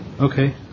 Okay